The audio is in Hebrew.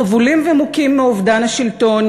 חבולים ומוכים מאובדן השלטון,